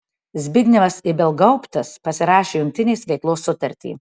zbignevas ibelgauptas pasirašė jungtinės veiklos sutartį